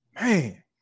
man